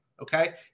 Okay